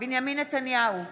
בנימין נתניהו,